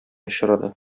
очрады